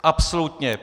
Absolutně...